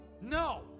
No